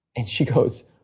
and she goes,